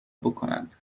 بکنند